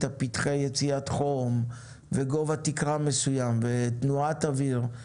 פתחי יציאת חום וגובה תקרה מסוים ותנועת אוויר,